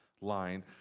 line